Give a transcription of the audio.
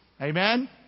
Amen